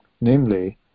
Namely